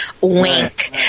wink